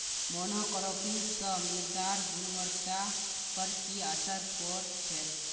monocropping स मृदार गुणवत्ता पर की असर पोर छेक